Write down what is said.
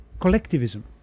Collectivism